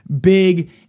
big